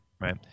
right